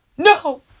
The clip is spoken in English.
no